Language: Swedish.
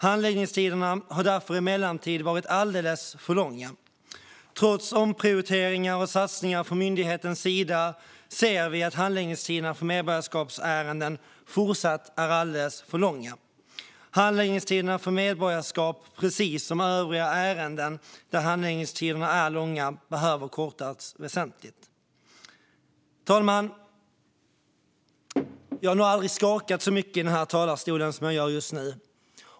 Handläggningstiderna har därför emellanåt varit alldeles för långa. Trots omprioriteringar och satsningar från myndighetens sida ser vi att handläggningstiderna för medborgarskapsärenden fortsatt är alldeles för långa. Handläggningstiderna för medborgarskap behöver, precis som för övriga ärenden där handläggningstiderna är långa, kortas väsentligt. Fru talman! Jag har nog aldrig skakat så mycket i den här talarstolen som jag gör just nu.